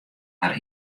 har